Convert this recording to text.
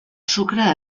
sucre